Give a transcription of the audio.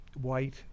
white